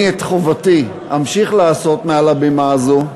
אני את חובתי אמשיך לעשות מעל הבימה הזאת.